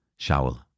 Shaul